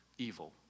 evil